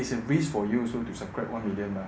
is a risk for you also to subscribe one million lah